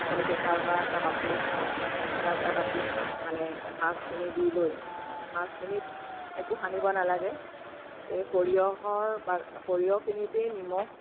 আপুনি pressure cooker এটা বাতি প্ৰেছাৰ কুকাৰৰ বাতিত মানে মাছখিনি দি লৈ মাছখিনিত একো সানিব নালাগে এই সৰিয়হৰ বা সৰিয়হখিনিতেই নিমখ